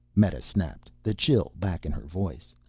meta snapped, the chill back in her voice.